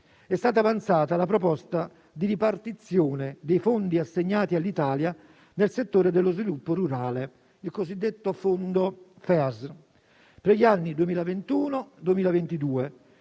è stata avanzata la proposta di ripartizione dei fondi assegnati all'Italia nel settore dello sviluppo rurale: il cosiddetto FEASR per gli anni 2021 e 2022,